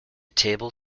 table